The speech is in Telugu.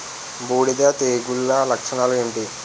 బూడిద తెగుల లక్షణాలు ఏంటి?